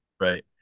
right